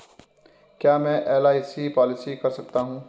क्या मैं LIC policy कर सकता हूं?